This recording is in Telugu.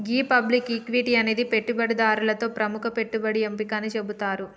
గీ పబ్లిక్ ఈక్విటి అనేది పెట్టుబడిదారులతో ప్రముఖ పెట్టుబడి ఎంపిక అని సెబుతారు